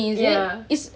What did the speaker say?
ya